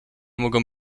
mogą